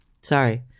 Sorry